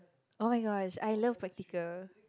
oh-my-god I love practical